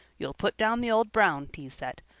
you'll put down the old brown tea set.